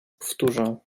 powtórzę